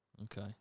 Okay